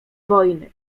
wojny